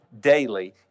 daily